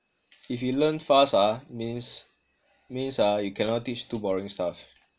if he learn fast ah means means ah you cannot teach too boring stuff